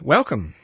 Welcome